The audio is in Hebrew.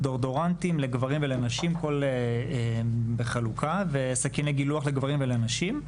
דאודורנטים לגברים ונשים בחלוקה וסכיני גילוח לגברים ולנשים.